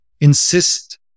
insist